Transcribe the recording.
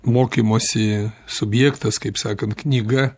mokymosi subjektas kaip sakant knyga